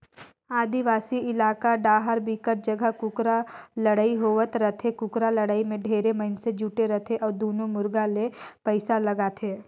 आदिवासी इलाका डाहर बिकट जघा कुकरा लड़ई होवत रहिथे, कुकरा लड़ाई में ढेरे मइनसे जुटे रथे अउ दूनों मुरगा मे पइसा लगाथे